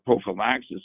prophylaxis